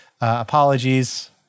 apologies